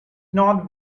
not